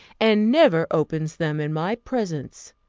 and never opens them in my presence.